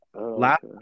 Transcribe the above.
last